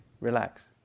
relax